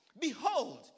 behold